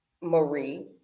Marie